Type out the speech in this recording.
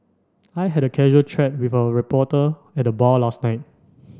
I had a casual chat with a reporter at the bar last night